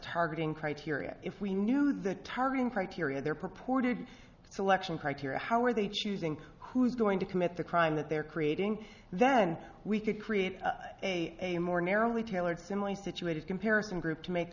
targeting criteria if we knew the targeting criteria there purported selection criteria how are they choosing who's going to commit the crime that they're creating then we could create a more narrowly tailored similarly situated comparison group to make